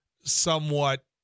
somewhat